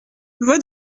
voix